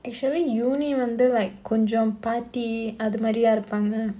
actually uni வந்து:vandhu like கொஞ்ச:konja party அது மாறியா இருப்பாங்க:athu maariyaa iruppaanga